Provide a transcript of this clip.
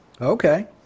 Okay